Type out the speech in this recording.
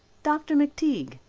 dr. mcteague,